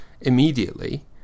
immediately